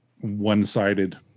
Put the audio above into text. one-sided